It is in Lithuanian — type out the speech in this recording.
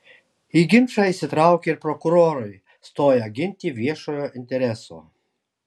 į ginčą įsitraukė ir prokurorai stoję ginti viešojo intereso